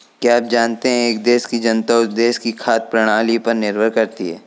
क्या आप जानते है एक देश की जनता उस देश की खाद्य प्रणाली पर निर्भर करती है?